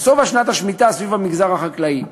נסבה שנת השמיטה על המגזר החקלאי,